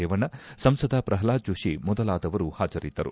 ರೇವಣ್ಣ ಸಂಸದ ಪ್ರಹ್ಲಾದ್ ಜೋಷಿ ಮೊದಲಾದವರು ಹಾಜರಿದ್ದರು